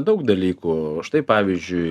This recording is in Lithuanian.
daug dalykų štai pavyzdžiui